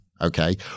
okay